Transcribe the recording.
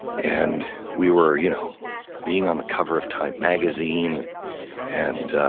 and we were you know being on the cover of time magazine and